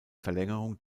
verlängerung